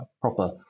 proper